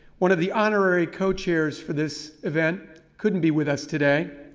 one of the honorary co-chairs for this event couldn't be with us today.